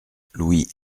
louis